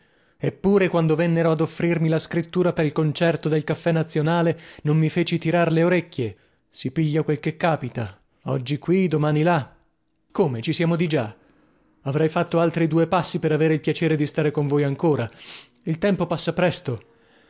eppure quando vennero ad offrirmi la scrittura pel concerto del caffè nazionale non mi feci tirar le orecchie si piglia quel che capita oggi qui domani là come ci siamo di già avrei fatto altri due passi per avere il piacere di stare con voi ancora il tempo passa presto